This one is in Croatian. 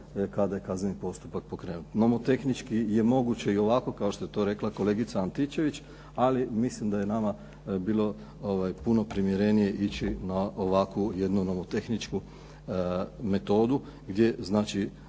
kada je kazneni postupak pokrenut. Nomotehnički je moguće i ovako, kao što je to rekla kolegica Antičević, ali mislim da je nama bilo puno primjerenije ići na ovakvu jednu nomotehničku metodu gdje znači